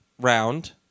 round